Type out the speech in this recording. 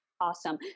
Awesome